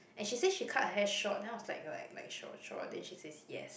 and she say she cut her hair short then I was like like like short short then she says yes